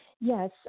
Yes